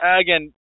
again